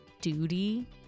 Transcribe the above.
duty